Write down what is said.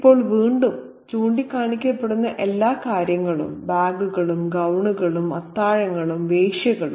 ഇപ്പോൾ വീണ്ടും ചൂണ്ടിക്കാണിക്കപ്പെടുന്ന എല്ലാ കാര്യങ്ങളും ബാഗുകളും ഗൌണുകളും അത്താഴങ്ങളും വേശ്യകളും